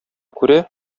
күрә